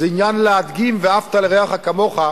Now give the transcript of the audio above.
זה עניין להדגים "ואהבת לרעך כמוך".